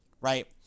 right